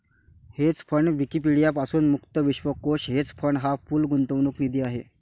hedge fund Wikipedia पासून मुक्त विश्वकोश हेज फंड हा पूल गुंतवणूक निधी आहे